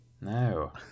No